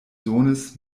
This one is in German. sohnes